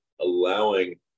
allowing